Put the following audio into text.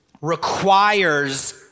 requires